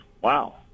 wow